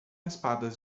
espadas